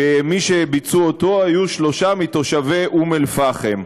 שמי שביצעו אותו היו מתושבי אום-אלפחם.